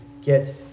get